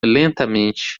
lentamente